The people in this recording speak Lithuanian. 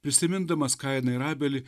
prisimindamas kainą ir abelį